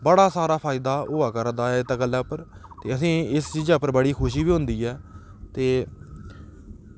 बड़ा सारा फायदा होआ करदा ऐ इत्त गल्ल उप्पर ते असेंगी इस गल्ला उप्पर बड़ी खुशी बी होंदी ऐ ते